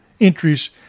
entries